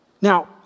Now